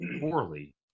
poorly